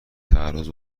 تعرض